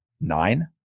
nine